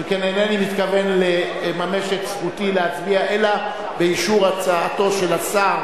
שכן אינני מתכוון לממש את זכותי להצביע אלא באישור הצעתו של השר